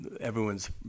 Everyone's